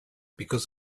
because